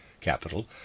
capital